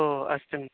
ओ अस्तु